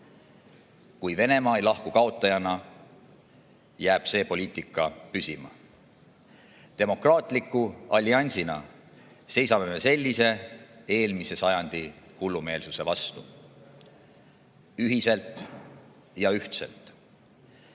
Kui Venemaa ei lahku kaotajana, jääb see poliitika püsima. Demokraatliku alliansina seisame me sellise eelmise sajandi hullumeelsuse vastu ühiselt ja ühtselt.